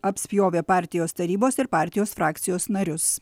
apspjovė partijos tarybos ir partijos frakcijos narius